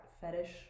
Fetish